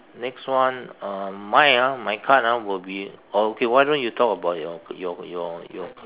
next one uh my ah my card ah will be oh okay why don't you talk about your your your your